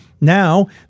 Now